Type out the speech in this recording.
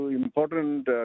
important